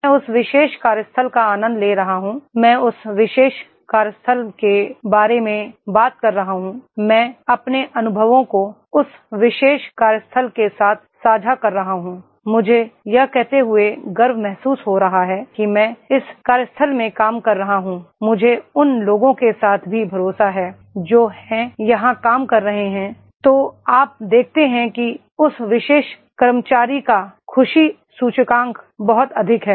मैं उस विशेष कार्यस्थल का आनंद ले रहा हूं मैं उस विशेष कार्यस्थल के बारे में बात कर रहा हूं मैं अपने अनुभवों को उस विशेष कार्यस्थल के साथ साझा कर रहा हूं मुझे यह कहते हुए गर्व महसूस हो रहा है कि मैं इस कार्यस्थल में काम कर रहा हूं मुझे उन लोगों के साथ भी भरोसा है जो हैं वहां काम कर रहे हैं तो आप देखते हैं कि उस विशेष कर्मचारी का खुशी सूचकांक बहुत अधिक है